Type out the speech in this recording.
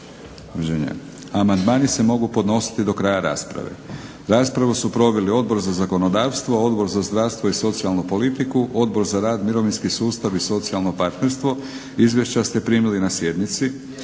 amandmani se mogu podnositi do kraja rasprave. Raspravu su proveli Odbor za zakonodavstvo, Odbor za zdravstvo i socijalnu politiku, Odbor za rad, mirovinski sustav i socijalno partnerstvo. Izvješća ste primili na sjednici.